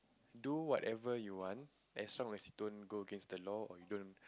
do whatever you want as long as it don't go against the law or you don't